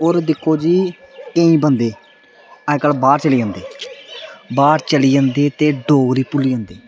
और दिक्खो जी केईं बंदे अज्ज कल्ल बाहर चली जंदे बाहर चली जंदे ते डोगरी भुल्ली जंदे